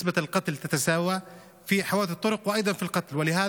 למספר נרצחים במעשי האלימות והפשיעה,